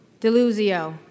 Deluzio